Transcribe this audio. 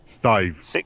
Dave